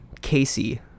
Casey